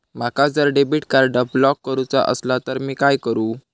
माका जर debit card block करूचा असला तर मी काय करू?